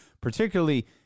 Particularly